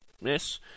Yes